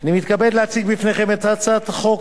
אני מתכבד להציג בפניכם את הצעת חוק